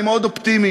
אני מאוד אופטימי,